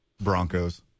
Broncos